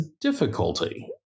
difficulty